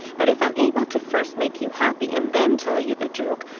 but if i'm able to first make you happy and then tell you the joke,